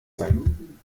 sein